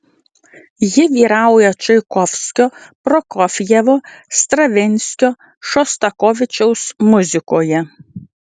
ji vyrauja čaikovskio prokofjevo stravinskio šostakovičiaus muzikoje